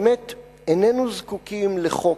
באמת איננו זקוקים לחוק,